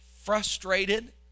frustrated